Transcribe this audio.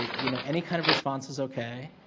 you know any kind of response is, okay?